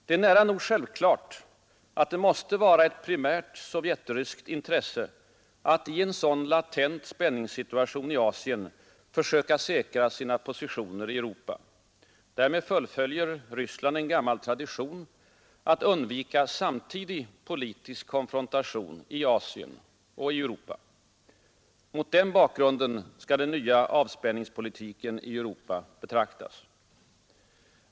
Det är nära nog självklart att det måste vara ett primärt sovjetryskt intresse att i en sådan latent spänningssituation i Asien försöka säkra sina positioner i Europa. Därmed fullföljer Ryssland en gammal tradition att undvika samtidig politisk konfrontation i Asien och i Europa. Mot den bakgrunden skall den nya avspänningspolitiken i Europa betraktas.